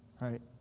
Right